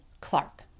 Clark